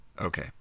Okay